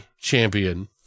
champion